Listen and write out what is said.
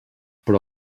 però